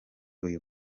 uyu